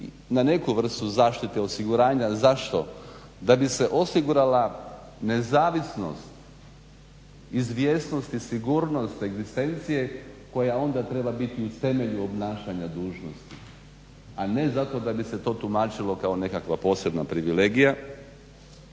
na neku vrstu zaštite osiguranja. Zašto? Da bi se osigurala nezavisnost, izvjesnost i sigurnost egzistencije koja onda treba biti u temelju obnašanja dužnosti, a ne zato da bi se to tumačilo kao nekakva posebna privilegija.